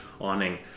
awning